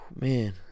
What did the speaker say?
Man